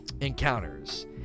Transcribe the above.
encounters